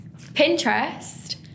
Pinterest